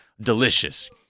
delicious